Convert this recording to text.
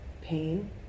pain